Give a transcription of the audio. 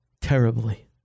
terribly